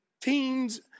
teens